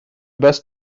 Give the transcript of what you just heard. best